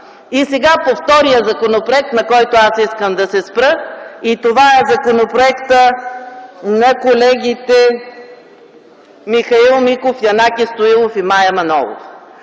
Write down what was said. Сега по втория законопроект, на който аз искам да се спра, и това е законопроектът на колегите Михаил Миков, Янаки Стоилов и Мая Манолова.